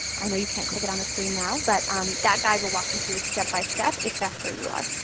i know you can't click it on the screen right now, but um that guide will walk you through step-by-step if that's where you are.